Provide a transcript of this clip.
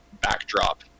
backdrop